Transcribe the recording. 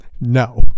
No